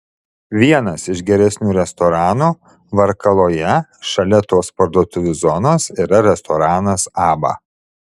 vienas iš geresnių restoranų varkaloje šalia tos parduotuvių zonos yra restoranas abba